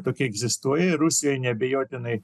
tokia egzistuoja rusijoje neabejotinai